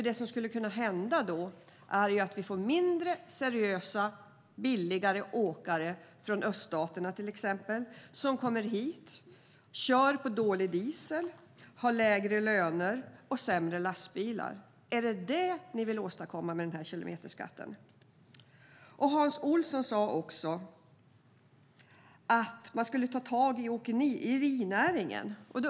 Det som skulle kunna hända är ju att vi får mindre seriösa och billigare åkare från exempelvis öststaterna som kommer hit, kör på dålig diesel, har lägre löner och sämre lastbilar. Är det detta ni vill åstadkomma med kilometerskatten? Hans Olsson sade också att man skulle ta tag i åkerinäringen.